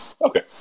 Okay